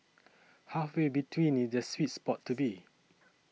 halfway between is the sweet spot to be